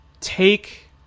take